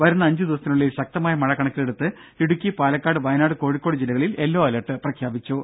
വരുന്ന അഞ്ച് ദിവസത്തിനുള്ളിൽ ശക്തമായ മഴ കണക്കിലെടുത്ത് ഇടുക്കി പാലക്കാട് വയനാട് കോഴിക്കോട് ജില്ലകളിൽ യെല്ലോ അലർട്ട് പ്രഖ്യാപിച്ചു